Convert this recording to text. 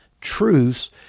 truths